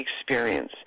experience